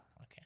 Okay